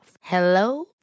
Hello